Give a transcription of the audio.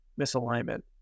misalignment